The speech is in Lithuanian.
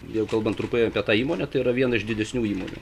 jeigu kalban trumpai apie tą įmonę tai yra viena iš didesnių įmonių